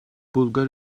bulgar